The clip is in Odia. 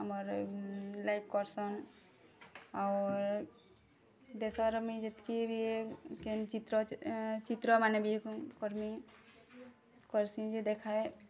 ଆମର୍ ଲାଇକ୍ କର୍ସନ୍ ଅର୍ ଦେଶର୍ ମୁଇଁ ଯେତ୍କି ବି ଏ କେନ୍ ଚିତ୍ର ଏ ଚିତ୍ରମାନେ ବି କର୍ମିଁ କର୍ସିଁ ଯେ ଦେଖାଏ